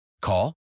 Call